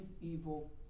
evil